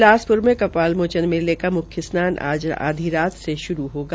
बिलास र में क ाल मोचन मेले का मुख्य स्नान आज आधी रात से शुरू होगा